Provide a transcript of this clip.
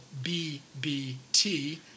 BBT